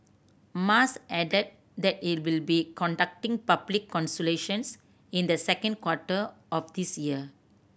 Mas added that it will be conducting public consultations in the second quarter of this year